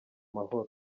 mahoro